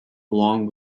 along